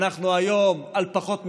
אנחנו היום על פחות מחצי,